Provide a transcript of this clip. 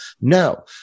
No